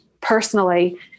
personally